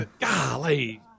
Golly